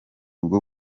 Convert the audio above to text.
bwo